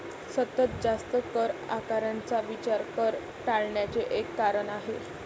सतत जास्त कर आकारण्याचा विचार कर टाळण्याचे एक कारण आहे